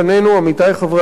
עמיתי חברי הכנסת,